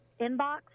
inbox